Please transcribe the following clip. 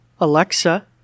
Alexa